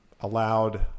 allowed